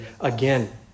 again